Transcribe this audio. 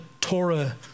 Torah